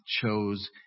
chose